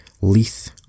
leith